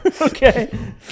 okay